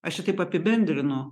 aš čia taip apibendrinu